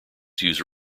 use